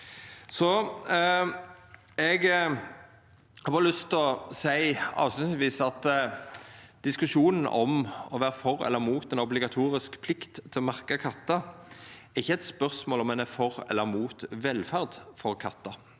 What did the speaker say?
eg berre seia at diskusjonen om å vera for eller mot ei obligatorisk plikt til å merka kattar ikkje er eit spørsmål om å vera for eller mot velferd for kattar.